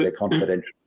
ah confidential.